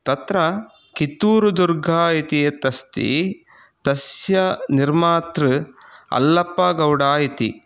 तत्र कित्तूरुदुर्गा इति यत् अस्ति तस्य निर्मातृ अल्लप्पगौडा इति